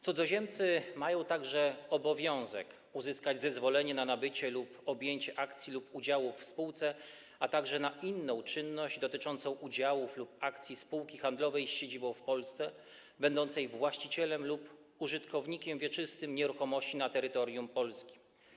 Cudzoziemcy mają także obowiązek uzyskać zezwolenie na nabycie lub objęcie akcji lub udziałów w spółce, a także na inną czynność dotyczącą udziałów lub akcji spółki handlowej z siedzibą w Polsce, będącej właścicielem lub użytkownikiem wieczystym nieruchomości na terytorium Polski.